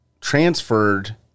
transferred